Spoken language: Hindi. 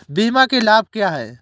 बीमा के लाभ क्या हैं?